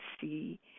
see